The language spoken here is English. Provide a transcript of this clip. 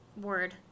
word